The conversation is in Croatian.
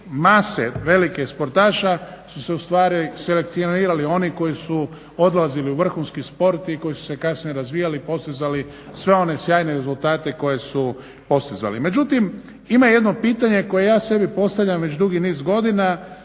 mase velikih sportaša su se ustvari selekcionirali oni koji su odlazili u vrhunski sport i koji su se kasnije razvija, postizali sve one sjajne rezultate koje su postizali. Međutim, ima jedno pitanje koje ja sebi postavljam već dugi niz godina